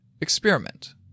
Experiment